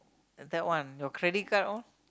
that one your credit card all